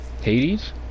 Hades